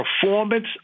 performance